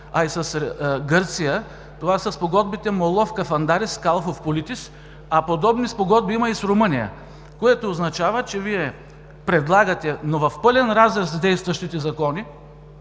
а и с Гърция: това са спогодбите Моллов – Кафандарис, Калфа – Филитис, а подобни спогодби има и с Румъния, което означава, че Вие предлагате, но в пълен разрез с действащите закони